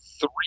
three